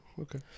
Okay